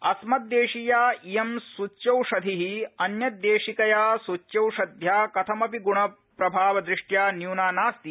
अस्मदेशीया इयं सूच्यौषधि अन्यदेशिकया सूच्यौषध्या कथममपि ग्णप्रभावदृष्ट्या न्यूना नास्ति